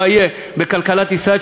מה יהיה בכלכלת ישראל,